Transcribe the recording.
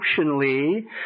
emotionally